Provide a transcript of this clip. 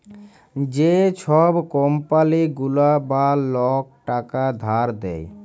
যে ছব কম্পালি গুলা বা লক টাকা ধার দেয়